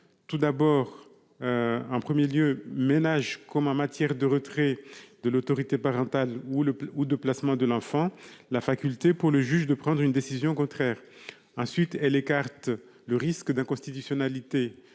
que nous proposons ménage, comme en matière de retrait de l'autorité parentale ou de placement de l'enfant, la faculté pour le juge de prendre une décision contraire. Ensuite, elle écarte le risque d'inconstitutionnalité